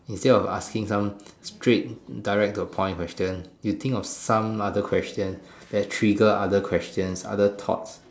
instead of asking some straight direct to the point question you think of some other question that trigger other questions other thoughts